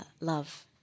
love